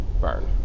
Burn